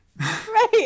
Right